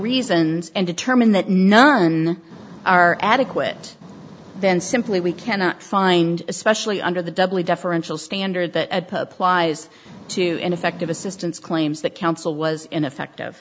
reasons and determine that none are adequate then simply we cannot find especially under the doubly deferential standard that a applies to ineffective assistance claims that counsel was ineffective